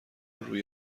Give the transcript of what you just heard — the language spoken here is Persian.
روی